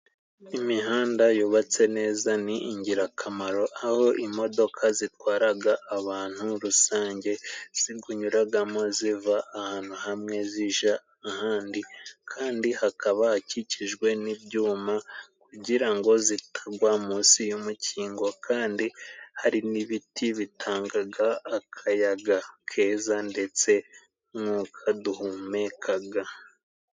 Imihanda yubatse neza ni ingirakamaro, aho imodoka zitwaraga abantu rusange zigunyuragamo ziva ahantu hamwe zija ahandi, kandi hakaba hakikijwe n'ibyuma kugira ngo zitagwa munsi y'umukingo, kandi hari n'ibiti bitangaga akayaga keza ndetse n'umwuka duhumekaga.